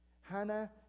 Hannah